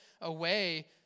away